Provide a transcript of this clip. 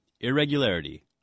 Irregularity